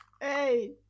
Hey